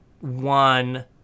one